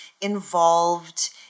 involved